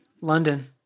London